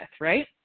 right